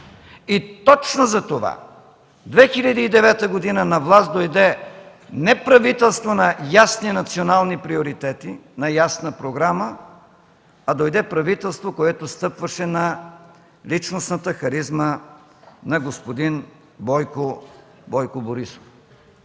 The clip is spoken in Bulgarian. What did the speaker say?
Точно затова през 2009 г. на власт дойде не правителство на ясни национални приоритети, на ясна програма, а дойде правителство, което стъпваше на личностната харизма на господин Бойко Борисов